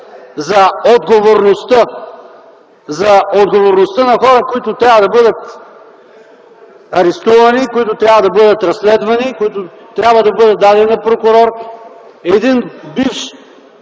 отговорността на хората, които трябва да бъдат арестувани, които трябва да бъдат разследвани, които трябва да бъдат дадени на прокурор. Един бивш